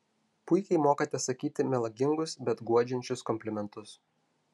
puikiai mokate sakyti melagingus bet guodžiančius komplimentus